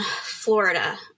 Florida